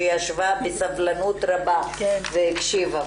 שישבה בסבלנות רבה והקשיבה.